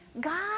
God